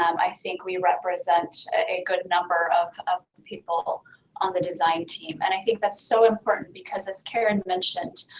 um i think we represent a good number of of people on the design team, and i think that is so important because, as karen mentioned,